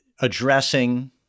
addressing